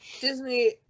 Disney